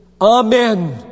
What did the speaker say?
Amen